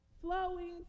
flowing